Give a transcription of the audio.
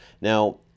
Now